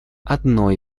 одно